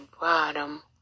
bottom